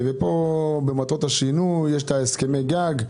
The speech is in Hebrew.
במטרות השינוי יש את הסכמי הגג.